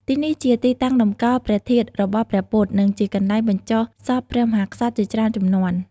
ទីនេះជាទីតាំងតម្កល់ព្រះធាតុរបស់ព្រះពុទ្ធ និងជាកន្លែងបញ្ចុះសពព្រះមហាក្សត្រជាច្រើនជំនាន់។